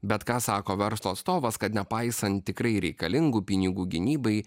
bet ką sako verslo atstovas kad nepaisant tikrai reikalingų pinigų gynybai